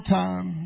time